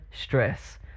stress